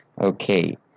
Okay